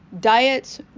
Diets